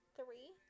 three